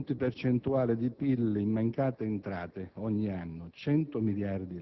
Con l'evasione si perdono circa sette punti percentuali di PIL in mancate entrate, ogni anno 100 miliardi